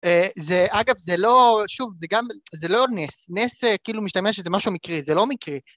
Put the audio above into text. זה אגב זה לא שוב זה גם זה לא נס, נס כאילו משתמש שזה משהו מקרי, זה לא מקרי